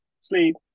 sleep